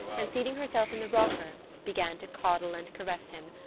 and seating herself in the rocker, began to coddle and caress him,